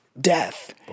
death